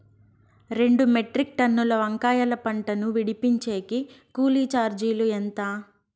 రెండు మెట్రిక్ టన్నుల వంకాయల పంట ను విడిపించేకి కూలీ చార్జీలు ఎంత?